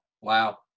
wow